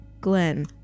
Glenn